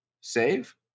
save